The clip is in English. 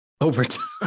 overtime